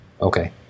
Okay